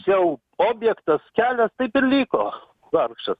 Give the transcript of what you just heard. jau objektas kelias taip ir liko vargšas